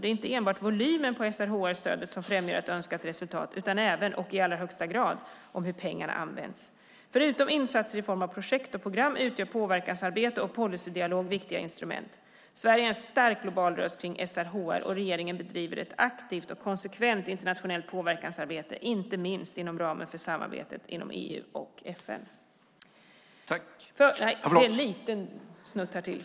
Det är inte enbart volymen på SRHR-stödet som främjar ett önskat resultat utan även - och i allra högsta grad - hur pengarna används. Förutom insatser i form av projekt och program, utgör påverkansarbete och policydialog viktiga instrument. Sverige är en stark global röst kring SRHR och regeringen bedriver ett aktivt och konsekvent internationellt påverkansarbete, inte minst inom ramen för samarbetet i EU och FN.